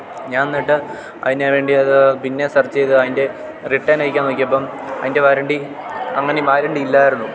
ഞാൻ എന്നിട്ട് അതിന് വേണ്ടി അത് പിന്നെ സെർച്ച് ചെയ്ത് അതിൻ്റെ റിട്ടേണയക്കാൻ നോക്കിയപ്പം അതിൻ്റെ വാരണ്ടി അങ്ങനെ വാരണ്ടി ഇല്ലായിരുന്നു